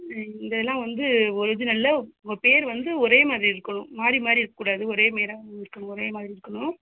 ம் இந்த இதுலாம் வந்து ஒரிஜினலில் உங்கள் பேர் வந்து ஒரே மாதிரி இருக்கணும் மாறி மாறி இருக்கக்கூடாது ஒரே மேரா இருக்கணும் ஒரே மாதிரி இருக்கணும்